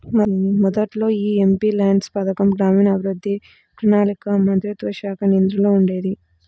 మొదట్లో యీ ఎంపీల్యాడ్స్ పథకం గ్రామీణాభివృద్ధి, ప్రణాళికా మంత్రిత్వశాఖ నియంత్రణలో ఉండేది